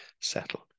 settle